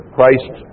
Christ